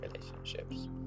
relationships